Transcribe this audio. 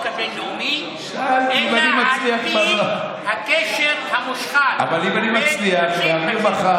הבין-לאומי אלא על פי הקשר המושחת בין